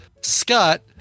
scott